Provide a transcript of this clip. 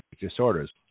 disorders